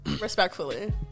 Respectfully